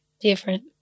different